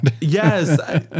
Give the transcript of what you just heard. Yes